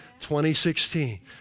2016